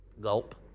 Gulp